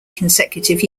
consecutive